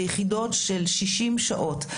ביחידות של 60 שעות.